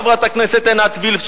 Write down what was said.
חברת הכנסת עינת וילף,